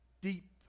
deep